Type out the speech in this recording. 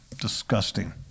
disgusting